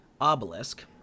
obelisk